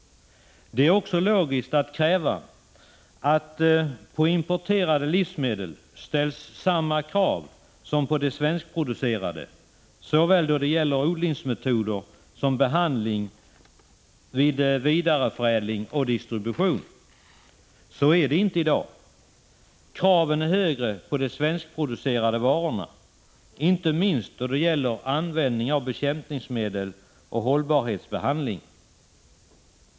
Det är också logiskt att kräva att det på importerade livsmedel ställs samma krav som på de svenskproducerade, såväl då det gäller odlingsmeto Prot. 1985/86:118 dersom behandling vid vidareförädling och distribution. Så är det inte i dag. Kraven är högre på de svenskproducerade varorna, inte minst då det gäller användning av bekämpningsmedel och hållbarhetsbehandling.